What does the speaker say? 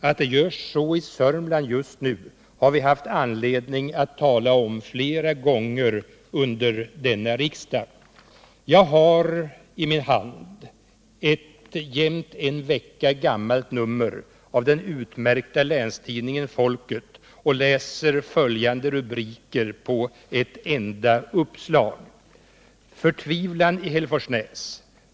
Att det ser mörkt ut i Södermanland just nu har vi haft anledning att tala om flera gånger under denna riksdag. Jag har i min hand ett jämnt en vecka gammalt nummer av den utmärkta länstidningen Folket och läser följande rubriker på ett enda uppslag: ”Förtvivlan i Hälleforsnäs.